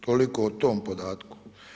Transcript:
Toliko o tom podatku.